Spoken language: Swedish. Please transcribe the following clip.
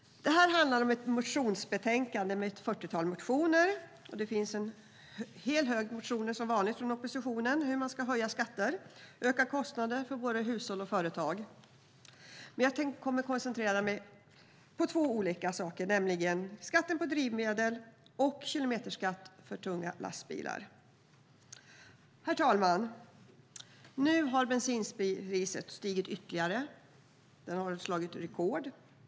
Det här är ett motionsbetänkande som behandlar ett fyrtiotal motioner. Det finns som vanligt en hel hög motioner från oppositionen om att höja skatter och öka kostnader för både hushåll och företag. Jag tänkte koncentrera mig på två olika saker, nämligen skatten på drivmedel och kilometerskatt för tunga lastbilar. Herr talman! Nu har bensinpriset stigit ytterligare och slagit rekord.